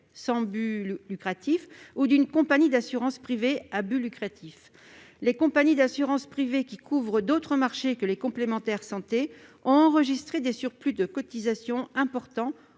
sans but lucratif, ou de compagnies d'assurances privées, à but lucratif. Les compagnies d'assurances privées, qui couvrent d'autres marchés que celui des complémentaires santé, ont enregistré des surplus de cotisations importants